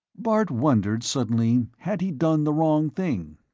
bart wondered suddenly, had he done the wrong thing?